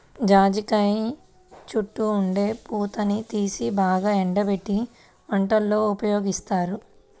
జాజికాయ చుట్టూ ఉండే పూతని తీసి బాగా ఎండబెట్టి వంటల్లో ఉపయోగిత్తారు